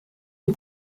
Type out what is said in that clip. die